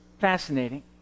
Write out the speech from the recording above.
fascinating